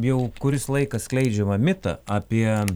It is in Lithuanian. jau kuris laikas skleidžiamą mitą apie